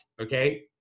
okay